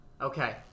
okay